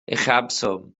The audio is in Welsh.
uchafswm